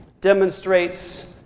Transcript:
demonstrates